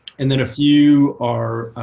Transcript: and then a few are